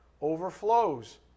overflows